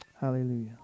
Hallelujah